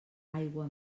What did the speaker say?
aigua